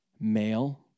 male